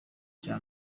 cya